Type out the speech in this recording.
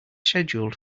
scheduled